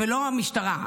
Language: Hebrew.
לא המשטרה.